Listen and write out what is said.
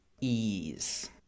ease